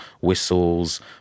whistles